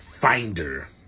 finder